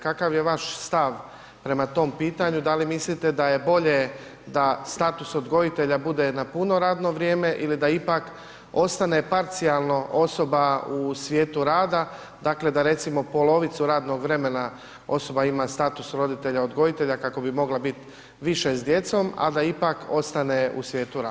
Kakav je vaš stav prema tom pitanju, da li mislite da je bolje da status odgojitelja bude na puno radno vrijeme ili da ipak ostane parcijalno osoba u svijetu rada, dakle da recimo polovicu radnog vremena osoba ima status roditelja odgojitelja kako bi mogla bit više s djecom, a da ipak ostane u svijetu rada?